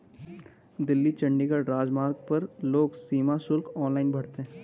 दिल्ली चंडीगढ़ राजमार्ग पर लोग सीमा शुल्क ऑनलाइन भरते हैं